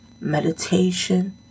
meditation